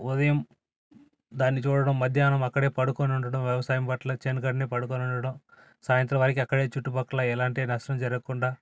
ఉదయం దాన్ని చూడడం మధ్యానం అక్కడే పడుకొని ఉండడం వ్యవసాయం పట్ల చేను కాడనే పడుకొని ఉండడం సాయంత్రం వరకు అక్కడే చుట్టుపక్కల ఎలాంటి నష్టం జరక్కుండా